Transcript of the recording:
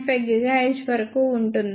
5 GHz వరకు ఉంటుంది